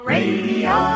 Radio